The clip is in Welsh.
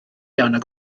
annog